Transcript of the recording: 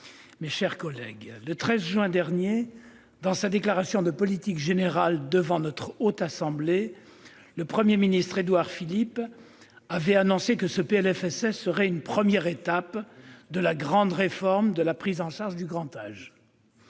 mes chers collègues, le 13 juin dernier, dans sa déclaration de politique générale devant notre Haute Assemblée, le Premier ministre, M. Édouard Philippe, avait annoncé que ce PLFSS serait « une première étape » de la grande réforme de la prise en charge du grand âge,